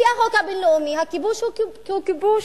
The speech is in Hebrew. לפי החוק הבין-לאומי הכיבוש הוא כיבוש.